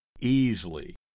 Easily